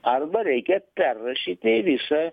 arba reikia perrašyti visą